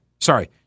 sorry